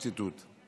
סוף ציטוט.